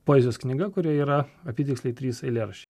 poezijos knyga kurioje yra apytiksliai trys eilėraščiai